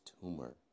tumor